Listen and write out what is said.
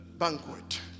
banquet